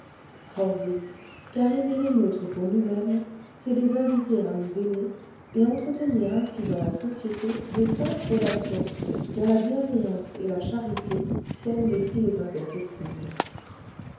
oh oui car aimer les nôtres pour nous-mêmes c'est les inviter à nous aimer et entretenir ainsi dans la société de saintes relations dont la bienveillance et la charité tiennent les fils imperceptibles